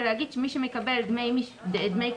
ולהגיד שמי שמקבל דמי כלכלה